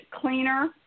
cleaner